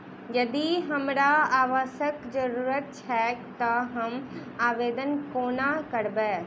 यदि हमरा आवासक जरुरत छैक तऽ हम आवेदन कोना करबै?